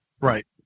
right